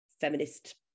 feminist